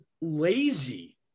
lazy